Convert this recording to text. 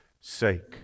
sake